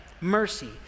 Mercy